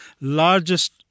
largest